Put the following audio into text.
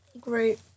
Great